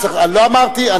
לא אמרתי.